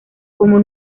como